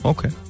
Okay